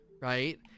right